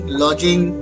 lodging